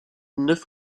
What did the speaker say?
neuf